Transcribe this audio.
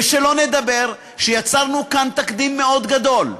ושלא לדבר על כך שיצרנו כאן תקדים מאוד גדול: